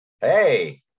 Hey